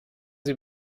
sie